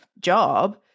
job